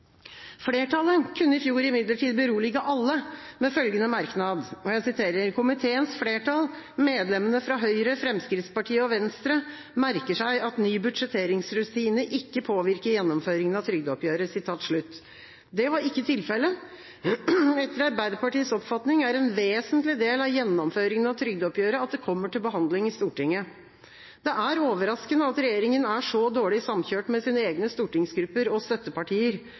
Flertallet kunne i fjor imidlertid berolige alle med følgende merknad: «Komiteens flertall, medlemmene fra Høyre, Fremskrittspartiet og Venstre, merker seg at ny budsjetteringsrutine ikke påvirker gjennomføringen av trygdeoppgjøret.» Det var ikke tilfelle. Etter Arbeiderpartiets oppfatning er en vesentlig del av gjennomføringen av trygdeoppgjøret at det kommer til behandling i Stortinget. Det er overraskende at regjeringa er så dårlig samkjørt med sine egne stortingsgrupper og støttepartier,